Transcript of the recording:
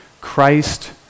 Christ